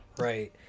right